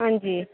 हां जी